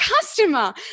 customer